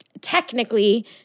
technically